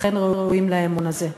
אכן ראויים לאמון הזה.